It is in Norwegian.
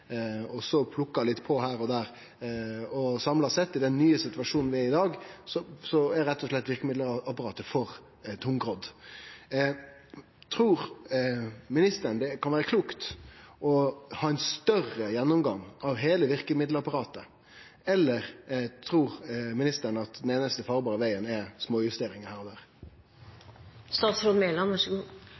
og så blitt plukka litt på her og der. Samla sett, i den nye situasjonen vi er i i dag, er verkemiddelapparatet rett og slett for tungrodd. Trur ministeren det kan vere klokt å ha ein større gjennomgang av heile verkemiddelapparatet, eller trur ministeren at den einaste farbare vegen er småjusteringar her